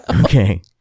Okay